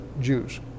Jews